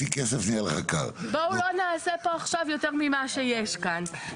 יותר ממה שיש כאן.